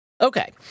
Okay